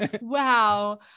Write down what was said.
wow